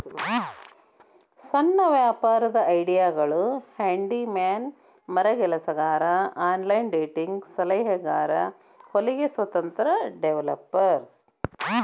ಸಣ್ಣ ವ್ಯಾಪಾರದ್ ಐಡಿಯಾಗಳು ಹ್ಯಾಂಡಿ ಮ್ಯಾನ್ ಮರಗೆಲಸಗಾರ ಆನ್ಲೈನ್ ಡೇಟಿಂಗ್ ಸಲಹೆಗಾರ ಹೊಲಿಗೆ ಸ್ವತಂತ್ರ ಡೆವೆಲಪರ್